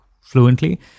fluently